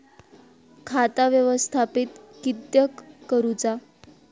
खाता व्यवस्थापित किद्यक करुचा?